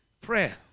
prayer